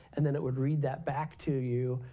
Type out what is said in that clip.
and then it would read that back to you,